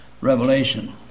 revelation